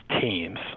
teams